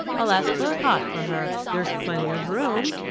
i'll ask for a cot for her. there's plenty of room,